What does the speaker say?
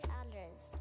others